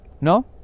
No